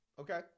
Okay